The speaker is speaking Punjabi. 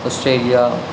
ਆਸਟਰੇਲੀਆ